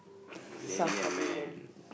okay the lady and the man